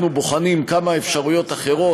אנחנו בוחנים כמה אפשרויות אחרות.